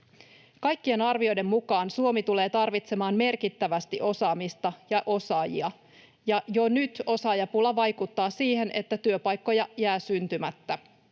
Kaikkien arvioiden mukaan Suomi tulee tarvitsemaan merkittävästi osaamista ja osaajia. Jo nyt osaajapula vaikuttaa siihen, että työpaikkoja jää syntymättä.